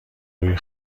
روی